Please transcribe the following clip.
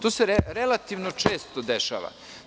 To se relativno često dešava.